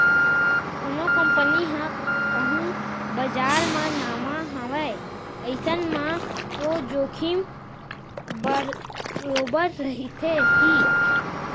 कोनो कंपनी ह कहूँ बजार म नवा हावय अइसन म तो जोखिम बरोबर रहिथे ही